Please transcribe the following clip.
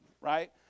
right